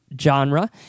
genre